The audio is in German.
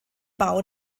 bau